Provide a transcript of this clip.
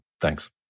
Thanks